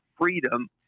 freedom